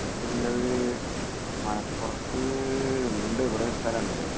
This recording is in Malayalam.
ഇവിടെ അടുത്തുള്ളത് മലപ്പുറത്ത് ഉണ്ട് ഇവിടെ സ്ഥലം ഉണ്ട്